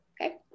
Okay